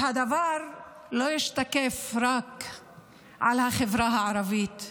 והדבר לא ישתקף רק בחברה הערבית.